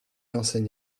enseigne